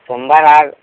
সোমবার আর